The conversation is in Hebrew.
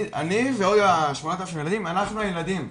אני ועוד ה-8,000 ילדים, אנחנו הילדים.